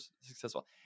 successful